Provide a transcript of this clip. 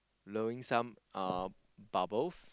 blowing some uh bubbles